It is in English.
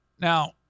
Now